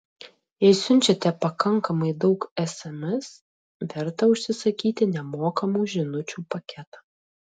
jei siunčiate pakankamai daug sms verta užsisakyti nemokamų žinučių paketą